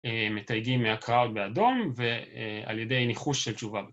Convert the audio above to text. מתייגים מה-crowd באדום ועל ידי ניחוש של תשובה